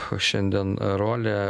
šiandien rolė